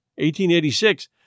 1886